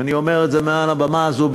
ואני אומר את זה מעל הבמה הזאת,